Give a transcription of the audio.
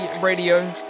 radio